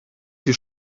die